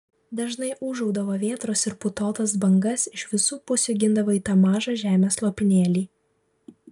dažnai ūžaudavo vėtros ir putotas bangas iš visų pusių gindavo į tą mažą žemės lopinėlį